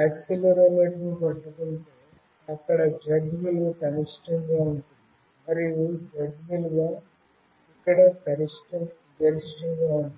యాక్సిలెరోమీటర్ను పట్టుకుంటే ఇక్కడ Z విలువ కనిష్టంగా ఉంటుంది మరియు Z విలువ ఇక్కడ గరిష్టంగా ఉంటుంది